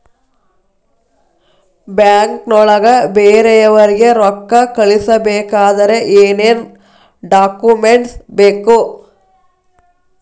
ಬ್ಯಾಂಕ್ನೊಳಗ ಬೇರೆಯವರಿಗೆ ರೊಕ್ಕ ಕಳಿಸಬೇಕಾದರೆ ಏನೇನ್ ಡಾಕುಮೆಂಟ್ಸ್ ಬೇಕು?